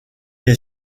est